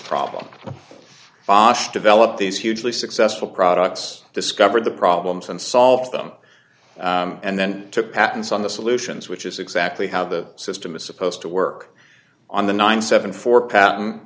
problem foss developed these hugely successful products discovered the problems and solved them and then took patents on the solutions which is exactly how the system is supposed to work on the nine seven four pat